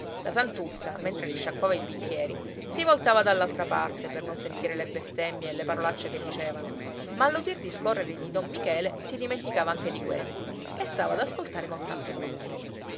la santuzza mentre risciacquava i bicchieri si voltava dall'altra parte per non sentire le bestemmie e le parolacce che dicevano ma all'udir discorrere di don michele si dimenticava anche di questo e stava ad ascoltare con tanto